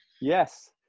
Yes